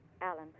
Alan